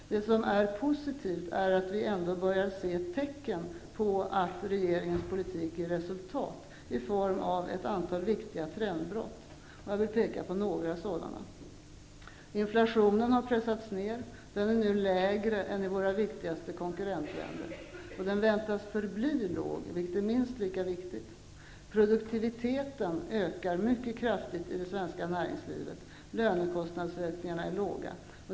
Det positiva är att vi börjar se tecken på att regeringens politik ger resultat i form av ett antal viktiga trendbrott. Jag vill peka på några sådana. Inflationen har pressats ner. Den är nu lägre än i våra viktigaste konkurrentländer, och den förväntas förbli låg, vilket är minst lika viktigt. Produktiviteten ökar mycket kraftigt i det svenska näringslivet och lönekostnadsökningarna är låga.